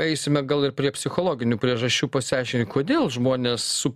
eisime gal ir prie psichologinių priežasčių pasiaiškinti kodėl žmonės su